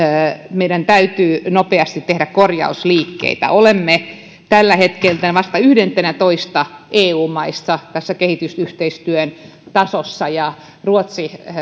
meidän täytyy nopeasti tehdä korjausliikkeitä olemme tällä hetkellä vasta yhdentenätoista eu maissa tässä kehitysyhteistyön tasossa ja ruotsin